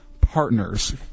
partners